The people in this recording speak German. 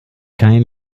kein